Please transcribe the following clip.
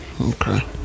Okay